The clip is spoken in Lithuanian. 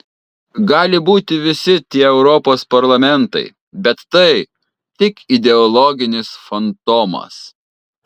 gali būti visi tie europos parlamentai bet tai tik ideologinis fantomas